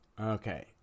okay